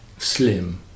slim